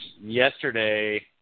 yesterday